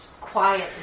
quiet